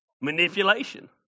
Manipulation